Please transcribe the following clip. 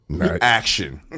Action